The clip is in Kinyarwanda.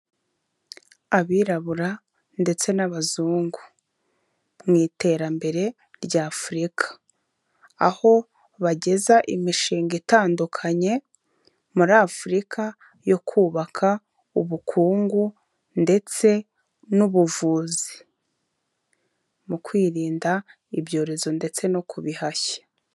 Abirabura ndetse n'abazungu mw' iterambere ry' afurika aho bageza imishinga itandukanye muri afurika yo kubaka ubukungu ndetse n'ubuvuzi mu kwirinda ibyorezo ndetse no ku bihashya.